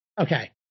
Okay